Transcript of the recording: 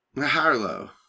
Harlow